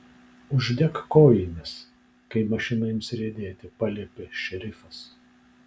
uždek kojines kai mašina ims riedėti paliepė šerifas